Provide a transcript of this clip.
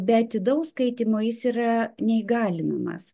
be atidaus skaitymo jis yra neįgalinamas